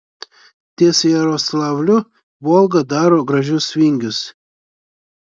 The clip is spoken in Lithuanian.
ties jaroslavliu volga daro gražius vingius